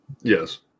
Yes